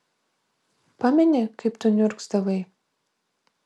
pameni kaip tu niurgzdavai